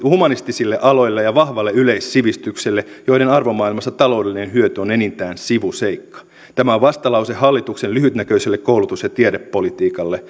humanistisille aloille ja vahvalle yleissivistykselle joiden arvomaailmassa taloudellinen hyöty on enintään sivuseikka tämä on vastalause hallituksen lyhytnäköiselle koulutus ja tiedepolitiikalle